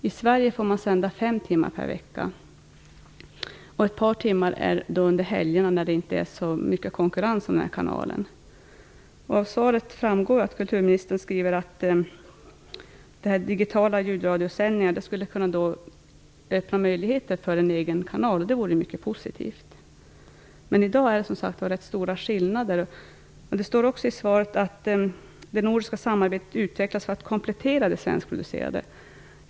I Sverige får man sända fem timmar per vecka, och ett par timmar är förlagda till helger, när det inte är så stor konkurrens om kanalen. Av svaret framgår att digitala ljudradiosändningar skulle kunna öppna möjligheter för en egen kanal, och det vore mycket positivt. Men i dag är det, som sagt, rätt stora skillnader mellan verksamheterna. Det framhålls också i svaret att det nordiska samarbetet bör utvecklas för att komplettera det svenskproducerade materialet.